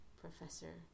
professor